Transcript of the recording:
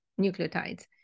nucleotides